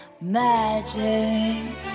magic